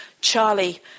Charlie